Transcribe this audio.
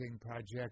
Project